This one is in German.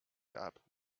gab